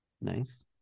Nice